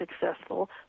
successful